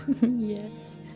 Yes